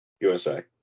USA